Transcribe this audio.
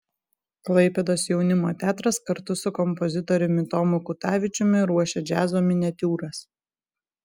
klaipėdos jaunimo teatras kartu su kompozitoriumi tomu kutavičiumi ruošia džiazo miniatiūras